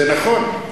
זה נכון.